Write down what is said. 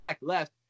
left